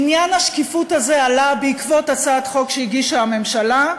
עניין השקיפות הזה עלה בעקבות הצעת חוק שהגישה הממשלה,